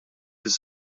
fis